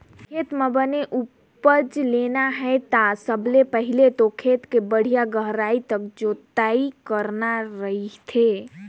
खेत म बने उपज लेना हे ता सबले पहिले तो खेत के बड़िहा गहराई तक जोतई करना रहिथे